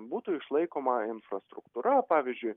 būtų išlaikoma infrastruktūra pavyzdžiui